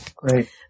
Great